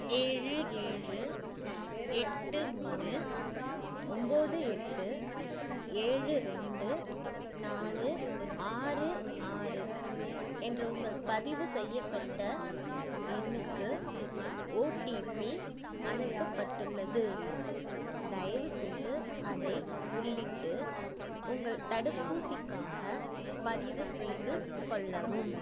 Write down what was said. ஏழு ஏழு எட்டு மூணு ஒம்பது எட்டு ஏழு ரெண்டு நாலு ஆறு ஆறு என்ற உங்கள் பதிவு செய்யப்பட்ட எண்ணுக்கு ஓடிபி அனுப்பப்பட்டுள்ளது தயவுசெய்து அதை உள்ளிட்டு உங்கள் தடுப்பூசிக்காகப் பதிவுசெய்து கொள்ளவும்